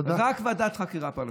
רק ועדת חקירה פרלמנטרית,